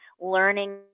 learning